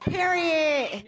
Period